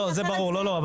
לא,